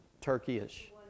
Turkey-ish